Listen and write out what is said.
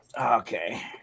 Okay